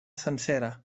sencera